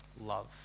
love